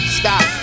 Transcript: stop